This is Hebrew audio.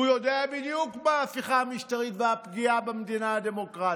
הוא יודע בדיוק מה ההפיכה המשטרית והפגיעה במדינה הדמוקרטית.